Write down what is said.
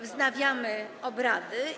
Wznawiam obrady.